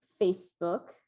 Facebook